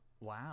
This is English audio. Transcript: Wow